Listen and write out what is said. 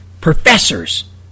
professors